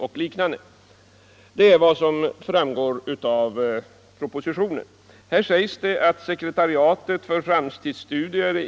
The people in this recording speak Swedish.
Denna framtidsstudie skall utföras av energipolitiska delegationen i samarbete med sekretariatet för framtidsstudier.